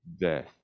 death